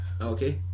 Okay